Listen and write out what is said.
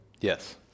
Yes